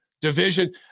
division –